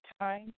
time